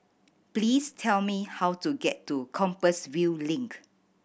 please tell me how to get to Compassvale Link